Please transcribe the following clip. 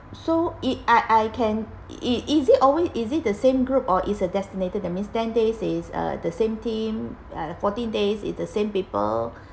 so it I I can is it always is it the same group or is a designated that means ten days is uh the same team uh forteen days is the same people